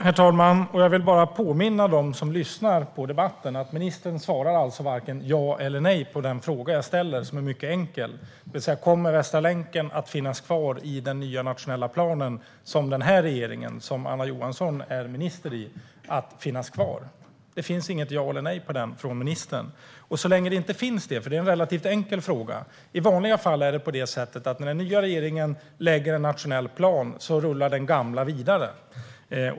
Herr talman! Jag vill bara påminna dem som lyssnar på debatten om att ministern varken svarade ja eller nej på den fråga jag ställde, som var mycket enkel: Kommer Västra länken att finnas kvar i den nya nationella planen, som den regering som Anna Johansson är minister i ska besluta om? Det finns inget ja eller nej på den frågan från ministern. Det är en relativt enkel fråga. I vanliga fall är det på det sättet att när den nya regeringen lägger en nationell plan rullar den gamla vidare.